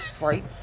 Right